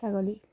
ছাগলীক